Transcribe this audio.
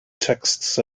texts